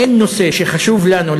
אין נושא שחשוב לנו,